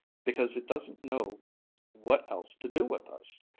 because it doesn't know what else to do with us.